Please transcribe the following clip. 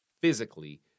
physically